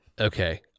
Okay